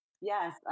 Yes